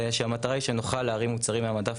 שהמטרה היא שנוכל להרים מוצרים מהמדף